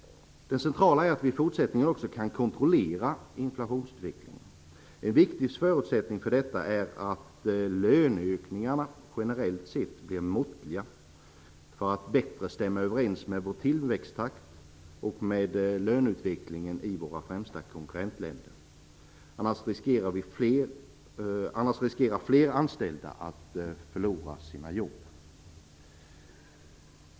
Det centrala är att vi i fortsättningen också kan kontrollera inflationsutvecklingen. En viktig förutsättning för detta är att löneökningarna generellt sett blir måttliga för att bättre stämma överens med vår tillväxttakt och med löneutvecklingen i våra främsta konkurrentländer. Annars riskerar fler anställda att förlora sina jobb.